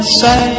say